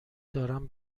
دارم